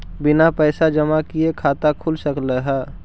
बिना पैसा जमा किए खाता खुल सक है?